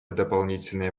дополнительное